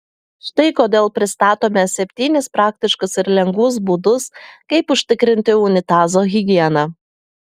štai kodėl pristatome septynis praktiškus ir lengvus būdus kaip užtikrinti unitazo higieną